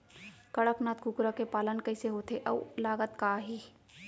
कड़कनाथ कुकरा के पालन कइसे होथे अऊ लागत का आही?